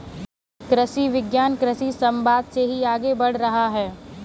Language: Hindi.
कृषि विज्ञान कृषि समवाद से ही आगे बढ़ रहा है